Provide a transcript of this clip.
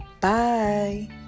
Bye